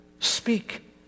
Speak